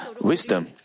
wisdom